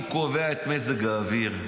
הוא קובע את מזג האוויר,